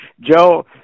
Joe